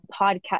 podcast